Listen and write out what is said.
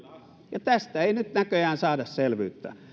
ja tästä ei nyt näköjään saada selvyyttä